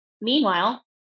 Meanwhile